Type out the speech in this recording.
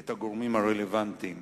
את הגורמים הרלוונטיים